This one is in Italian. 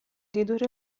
ridurre